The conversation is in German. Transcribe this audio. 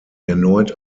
erneut